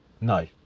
No